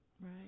right